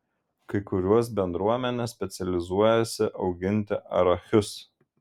kai kurios bendruomenės specializuojasi auginti arachius